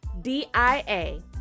D-I-A